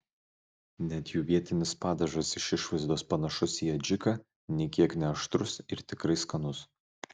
net jų vietinis padažas iš išvaizdos panašus į adžiką nė kiek neaštrus ir tikrai skanus